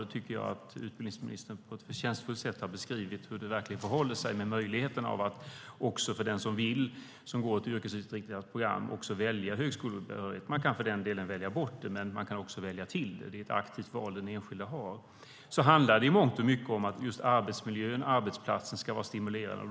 Jag tycker att utbildningsministern på ett förtjänstfullt sätt har beskrivit hur det verkligen förhåller sig när det gäller möjligheterna för den som vill som går ett yrkesinriktat program att också välja högskolebehörighet. Man kan välja bort den, men man kan också välja till den. Det är ett aktivt val som den enskilde har. Sedan handlar det i mångt och mycket om att arbetsmiljön och arbetsplatsen ska vara stimulerande.